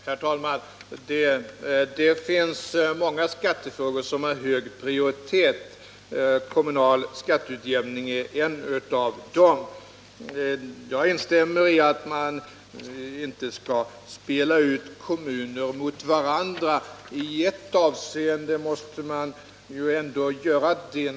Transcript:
Herr talman! Det finns många skattefrågor som har hög prioritet. Kommunal skatteutjämning är en av dem. Jag instämmer i att man inte skall spela ut kommuner mot varandra. I ett avseende måste man ändå göra det.